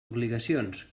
obligacions